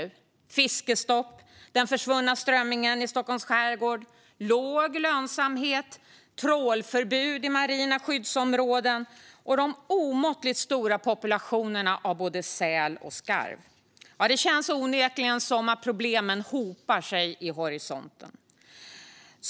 Det gäller fiskestopp, den försvunna strömmingen i Stockholms skärgård, låg lönsamhet, trålförbud i marina skyddsområden och de omåttligt stora populationerna av säl och skarv. Det känns onekligen som att problemen hopar sig i horisonten.